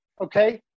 okay